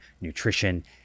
nutrition